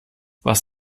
was